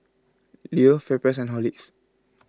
Leo FairPrice and Horlicks